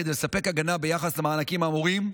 כדי לספק הגנה ביחס למענקים האמורים,